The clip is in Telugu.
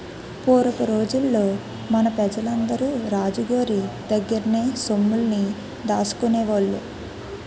పూరపు రోజుల్లో మన పెజలందరూ రాజు గోరి దగ్గర్నే సొమ్ముల్ని దాసుకునేవాళ్ళు